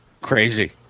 crazy